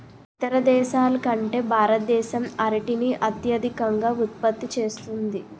ఇతర దేశాల కంటే భారతదేశం అరటిని అత్యధికంగా ఉత్పత్తి చేస్తుంది